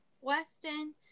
Weston